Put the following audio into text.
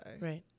Right